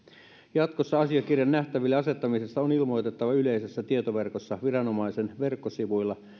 jatkossa asiakirjan nähtäville asettamisesta on ilmoitettava yleisessä tietoverkossa viranomaisen verkkosivuilla